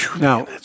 Now